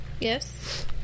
yes